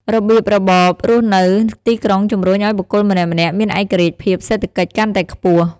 របៀបរបបរស់នៅទីក្រុងជំរុញឱ្យបុគ្គលម្នាក់ៗមានឯករាជ្យភាពសេដ្ឋកិច្ចកាន់តែខ្ពស់។